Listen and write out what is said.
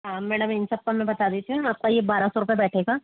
madam इन सब का मैं बता देता हूँ आपका ये बारह सौ रुपए बैठेगा